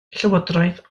llywodraeth